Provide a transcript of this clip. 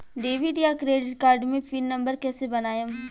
Debit या credit card मे pin number कैसे बनाएम?